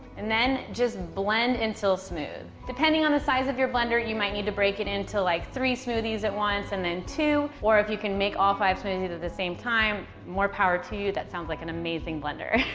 and then just blend until smooth. depending on the size of your blender, you might need to break it into like three smoothies at once and then two, or if you can make all five smoothies at the same time, more power to you. that sounds like an amazing blender,